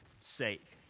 sake